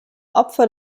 opfer